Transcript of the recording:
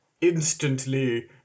instantly